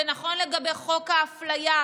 זה נכון לגבי חוק האפליה,